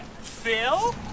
Phil